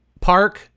Park